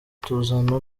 tuzana